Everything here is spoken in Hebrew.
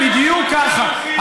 בדיוק ככה.